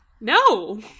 No